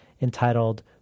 entitled